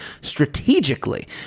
strategically